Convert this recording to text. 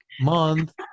month